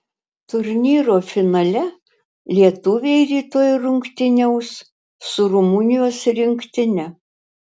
turnyro finale lietuviai rytoj rungtyniaus su rumunijos rinktine